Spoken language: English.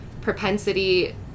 propensity